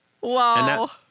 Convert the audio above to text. wow